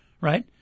right